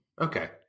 Okay